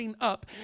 up